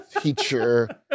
teacher